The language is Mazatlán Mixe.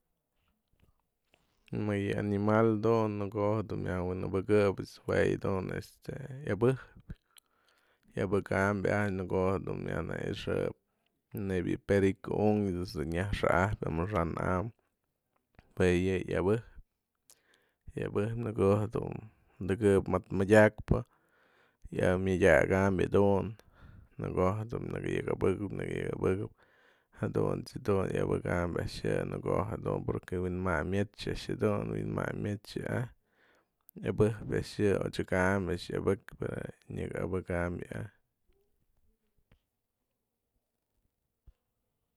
Më yë mëjk animal dun në ko'o jadun myaj wi'inabëkëp jue yë dun este iabëjpë iabëka'am a'ax në ko'o jë'ë dun myaj nëi'ixëp nebya yë perikë unkë yë ëjt's nyaj xa'ajpy amaxa'an am jue yë iabëjpë në ko'o dun dëkë'ëp mëtmëdyakpë myadyaka'am jadun në ko'o dun në kë yëkëbëkëp në kë yëkëbëkëp jadunt's yadun iabëka'am a'ax yë në ko'o jedun porque wi'inmayn myet's a'ax jë dun wi'inmayn myet's yë a'ax iabëjpë a'ax yë odyëka'am a'ax iabëka pero nyëkë abëka'am yë a'ax.